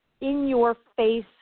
in-your-face